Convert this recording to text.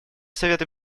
совета